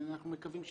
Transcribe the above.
אנחנו מקווים שבהקדם.